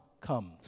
comes